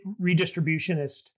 redistributionist